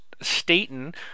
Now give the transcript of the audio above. Staten